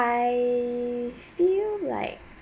I feel like